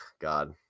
God